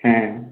হ্যাঁ